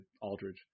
Aldridge